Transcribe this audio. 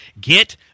Get